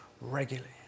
regularly